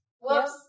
Whoops